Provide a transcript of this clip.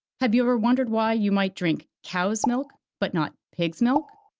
have you ever wondered why you might drink cow's milk, but not pig's milk?